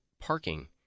parking